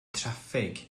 traffig